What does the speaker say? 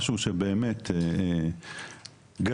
זה משהו באמת גדול,